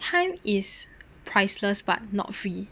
time is priceless but not free